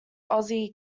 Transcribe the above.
ozzy